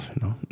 no